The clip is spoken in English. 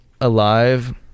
alive